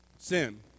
Sin